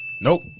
Nope